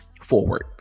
forward